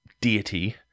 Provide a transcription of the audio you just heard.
deity